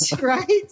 right